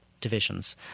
divisions